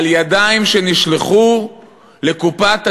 על ידיים שנשלחו לקופת הציבור?